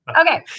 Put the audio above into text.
okay